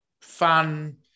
fun